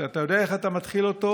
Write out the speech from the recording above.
שאתה יודע איך אתה מתחיל אותו